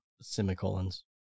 semicolons